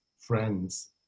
friends